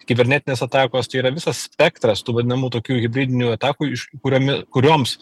kibernetinės atakos tai yra visas spektras tų vadinamų tokių hibridinių atakų iš kuriomi kurioms